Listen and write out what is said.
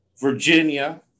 Virginia